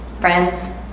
friends